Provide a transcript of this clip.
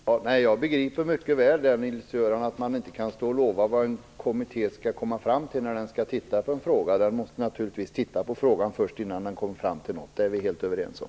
Herr talman! Jag begriper mycket väl att man inte kan stå och lova vad en kommitté skall komma fram till, Nils-Göran Holmqvist. Den måste naturligtvis titta på frågan först. Det är vi helt överens om.